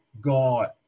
God